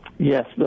Yes